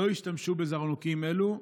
לא השתמשו בזרנוקים אלו,